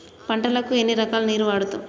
పంటలకు ఎన్ని రకాల నీరు వాడుతం?